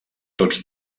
tots